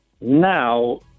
Now